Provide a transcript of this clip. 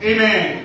Amen